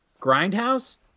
Grindhouse